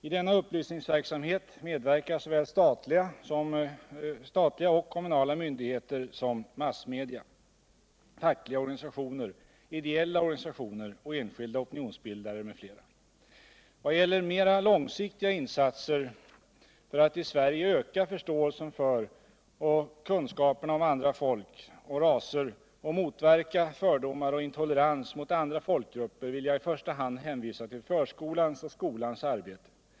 I denna upplysningsverksamhet medverkar såväl statliga och kommunala myndigheter som massmedia, fackliga organisationer, ideella organisationer och enskilda opinionsbildare m. f. I vad gäller mera långsiktiga insatser för att i Sverige öka förståelsen för och kunskaperna om andra folk och raser och motverka fördomar och intolerans mot andra folkgrupper vill jag i första hand hänvisa till förskolans och skolans arbete.